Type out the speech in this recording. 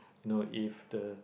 no if the